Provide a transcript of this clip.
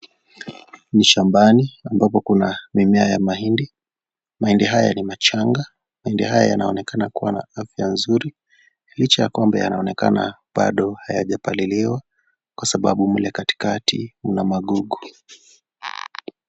Ni shambani ambapo kuna mimea ya mahidi. Mahidi haya ni mchanga. Mahidi haya yanaonekana kuwa na afya nzuri, licha ya kwamba yanaonekana bado hayajapaliliwa kwa sababu mle katikati mna magugu.